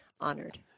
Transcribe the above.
Honored